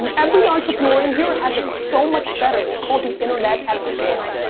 and every entrepreneur in here has it so much better. it's called the internet at scale.